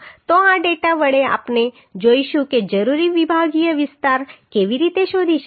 તો આ ડેટા વડે આપણે જોઈશું કે જરૂરી વિભાગીય વિસ્તાર કેવી રીતે શોધી શકાય